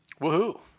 Woohoo